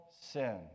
sin